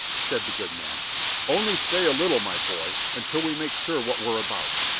said the good man only stay a little, my boy, until we make sure what we're about.